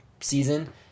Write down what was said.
season